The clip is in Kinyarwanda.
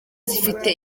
zifite